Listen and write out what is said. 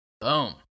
Boom